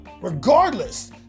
regardless